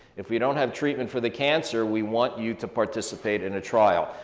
if we don't have treatment for the cancer, we want you to participate in a trial.